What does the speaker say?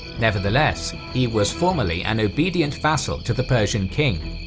nevertheless, he was formally an obedient vassal to the persian king,